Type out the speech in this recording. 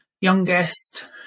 youngest